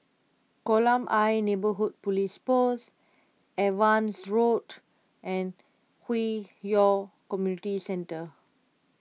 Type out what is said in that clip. Kolam Ayer Neighbourhood Police Post Evans Road and Hwi Yoh Community Centre